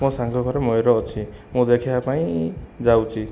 ମୋ' ସାଙ୍ଗ ଘରେ ମୟୂର ଅଛି ମୁଁ ଦେଖିବା ପାଇଁ ଯାଉଛି